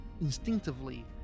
instinctively